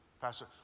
Pastor